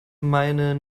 meine